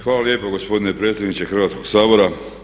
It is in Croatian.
Hvala lijepo gospodine predsjedniče Hrvatskog sabora.